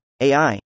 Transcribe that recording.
AI